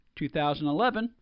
2011